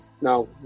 now